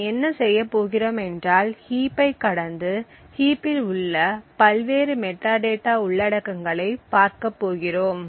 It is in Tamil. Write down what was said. நாம் என்ன செய்யப் போகிறோம் என்றால் ஹீப்பைக் கடந்து ஹீப்பில் உள்ள பல்வேறு மெட்டாடேட்டா உள்ளடக்கங்களைப் பார்க்கப் போகிறோம்